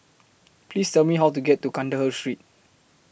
Please Tell Me How to get to Kandahar Street